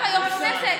יו"ר הישיבה,